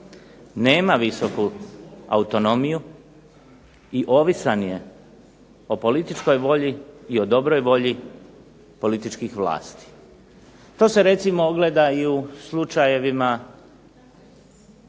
nema visoku autonomiju, i ovisan je o političkoj volji i o dobroj volji političkih vlasti. To se recimo ogleda i u slučajevima